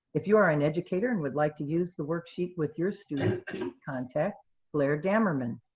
if you are an educator and would like to use the worksheet with your students, please contact blair gammerman.